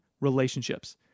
relationships